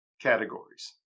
categories